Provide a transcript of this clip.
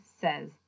says